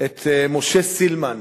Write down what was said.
את משה סילמן,